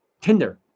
Tinder